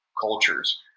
cultures